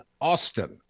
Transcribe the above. Austin